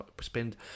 spend